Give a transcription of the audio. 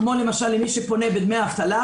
כמו למשל למי שפונה בעניין דמי אבטלה.